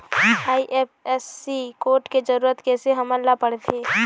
IFSC code के जरूरत कैसे हमन ला पड़थे?